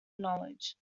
knowledge